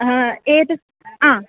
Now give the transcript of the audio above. हा एतत् आ